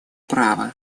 права